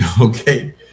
Okay